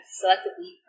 selectively